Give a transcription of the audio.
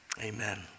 Amen